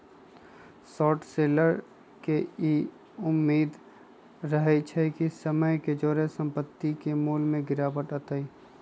short seller के इ उम्मेद रहइ छइ कि समय के जौरे संपत्ति के मोल में गिरावट अतइ